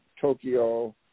Tokyo